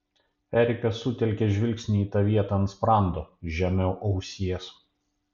erikas sutelkė žvilgsnį į tą vietą ant sprando žemiau ausies